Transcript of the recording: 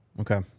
Okay